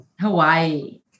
Hawaii